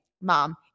mom